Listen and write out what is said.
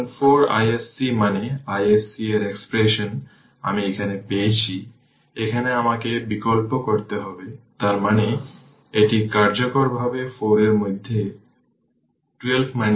সুতরাং 1 Ω resistor dissipated মোট energy হল w t 0 থেকে ইনফিনিটি 256 e এর পাওয়ার 10 t dt যদি এটি ইন্টিগ্রেট করা হয় তাহলে 0256 জুল পাবে